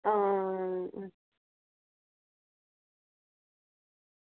आं